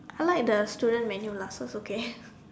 I like the student menu lah so it's okay